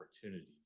opportunities